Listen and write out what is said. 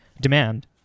demand